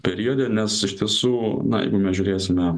periode nes iš tiesų mes žiūrėsime